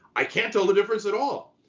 i can't tell the difference at all.